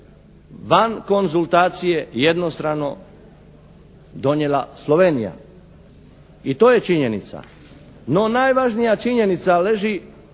van konzultacije jednostrano donijela Slovenija i to je činjenica. No, najvažnija činjenica leži